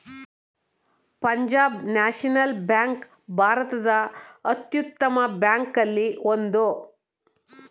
Punjab national bank ಭಾರತದ ಅತ್ಯುತ್ತಮ ಬ್ಯಾಂಕಲ್ಲಿ ಒಂದು